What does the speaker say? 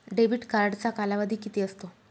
Debit कार्डचा कालावधी किती असतो?